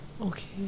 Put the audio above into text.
Okay